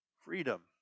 freedom